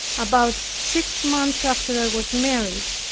about six months after i was married,